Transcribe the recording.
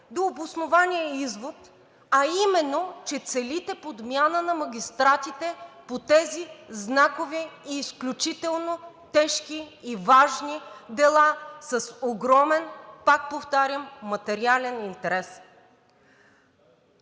до обоснования извод, а именно, че целите подмяна на магистратите по тези знакови и изключително тежки и важни дела с огромен, пак повтарям, материален интерес.